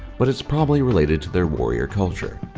but it's probably related to their warrior culture.